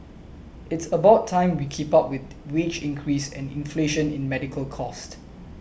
it's about time we keep up with wage increase and inflation in medical cost